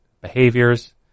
behaviors